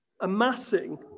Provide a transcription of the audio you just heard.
amassing